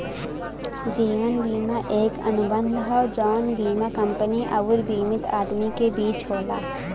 जीवन बीमा एक अनुबंध हौ जौन बीमा कंपनी आउर बीमित आदमी के बीच होला